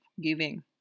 giving